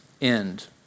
end